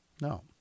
no